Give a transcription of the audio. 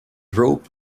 rope